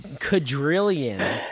quadrillion